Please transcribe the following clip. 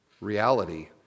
reality